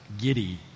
giddy